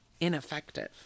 ineffective